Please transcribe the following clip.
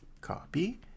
Copy